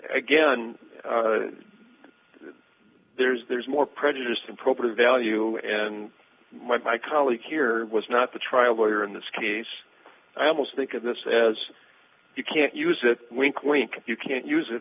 again there's there's more prejudiced in property value and my colleague here was not the trial lawyer in this case i almost think of this as you can't use that wink wink you can't use it